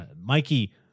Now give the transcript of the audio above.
Mikey